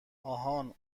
آهان